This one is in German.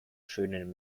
schönen